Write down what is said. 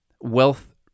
wealth